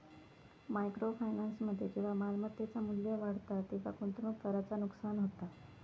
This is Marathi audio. मायक्रो फायनान्समध्ये जेव्हा मालमत्तेचा मू्ल्य वाढता तेव्हा गुंतवणूकदाराचा नुकसान होता